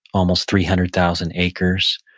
almost three hundred thousand acres,